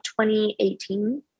2018